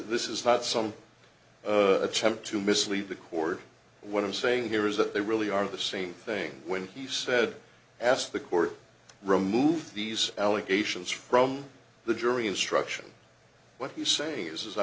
this is not some attempt to mislead the court what i'm saying here is that they really are the same thing when he said ask the court remove these allegations from the jury instruction what you say is i